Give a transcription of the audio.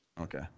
Okay